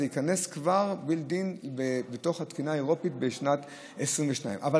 זה ייכנס כבר Built-in בתקינה האירופית בשנת 2022. אבל